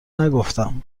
نگفتم